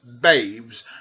babes